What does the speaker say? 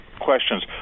questions